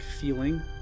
feeling